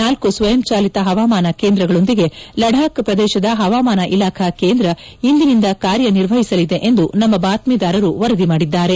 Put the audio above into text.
ನಾಲ್ಕು ಸ್ವಯಂಚಾಲಿತ ಹವಾಮಾನ ಕೇಂದ್ರಗಳೊಂದಿಗೆ ಲಡಾಖ್ ಪ್ರದೇಶದ ಹವಾಮಾನ ಇಲಾಖಾ ಕೇಂದ್ರ ಇಂದಿನಿಂದ ಕಾರ್ಯನಿರ್ವಹಿಸಲಿದೆ ಎಂದು ನಮ್ಮ ಬಾತ್ತೀದಾರರು ವರದಿ ಮಾಡಿದ್ದಾರೆ